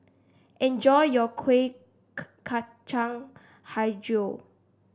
enjoy your Kuih Kacang hijau